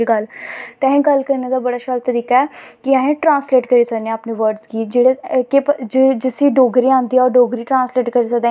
ओह् चीज़ां लोग भुल्लिये उनैं चीज़े पर ध्यान गै नी दित्ता लोकें जमीनां बड़ियां पेदियां साढ़े कोल जमान बत्तेरी ऐ साढ़े कोल पर लोग करनां नी चांह्दे